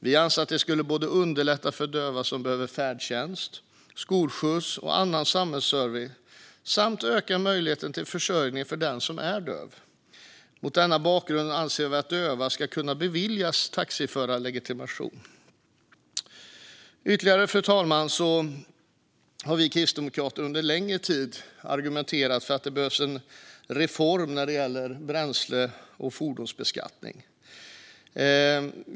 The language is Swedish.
Vi anser att det både skulle underlätta för döva som behöver färdtjänst, skolskjuts och annan samhällsservice och öka möjligheten till försörjning för den som är döv. Mot denna bakgrund anser vi att döva ska kunna beviljas taxiförarlegitimation. Fru talman! Vi kristdemokrater har under en längre tid argumenterat för att det behövs en reform när det gäller bränsle och fordonsbeskattning.